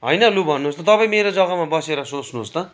हैन लु भन्नुस् त तपाईँ मेरो जग्गामा बसेर सोच्नुहोस् त